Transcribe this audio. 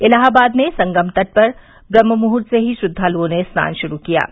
इलाहाबाद में संगम तट पर ब्रम्हमुहूर्त से ही श्रद्वालुओं ने स्नान युरू कर दिया था